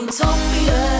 Utopia